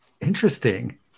interesting